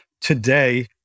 today